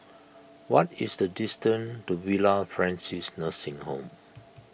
what is the distance to Villa Francis Nursing Home